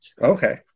Okay